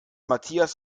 matthias